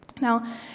Now